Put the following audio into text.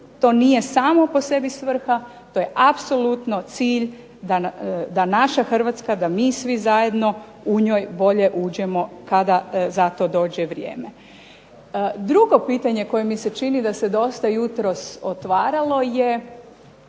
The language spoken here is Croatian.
to nije samo po sebi svrha to je apsolutno cilj da naša Hrvatska, da mi svi zajedno u njoj bolje uđemo kada za to dođe vrijeme. Drugo pitanje koje mi se čini da se jutros dosta otvaralo je